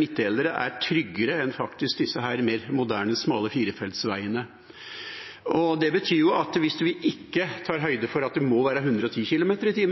midtdelere i stor grad faktisk er tryggere enn de mer moderne smale firefeltsveiene. Det betyr at hvis vi ikke tar høyde for at det må være 110 km/t